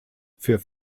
für